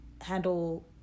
handle